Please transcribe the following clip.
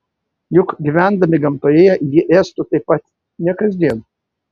juk gyvendami gamtoje jie ėstų taip pat ne kasdien